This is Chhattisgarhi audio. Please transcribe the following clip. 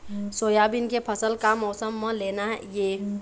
सोयाबीन के फसल का मौसम म लेना ये?